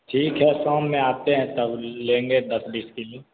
ठीक है शाम में आते हैं तब लेंगे दस बीस किलो